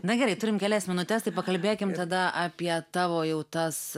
na gerai turim kelias minutes tai pakalbėkim tada apie tavo jau tas